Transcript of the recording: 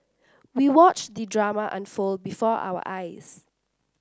we watched the drama unfold before our eyes